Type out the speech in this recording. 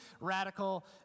radical